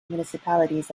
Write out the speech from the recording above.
municipalities